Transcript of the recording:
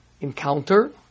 encounter